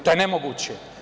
To je nemoguće.